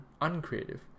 uncreative